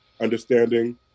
understanding